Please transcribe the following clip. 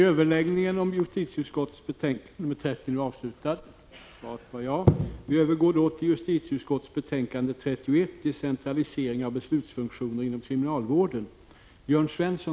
Kammaren övergår nu till att debattera justitieutskottets betänkande 31 om decentralisering av beslutsfunktioner inom kriminalvården.